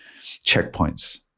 checkpoints